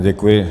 Děkuji.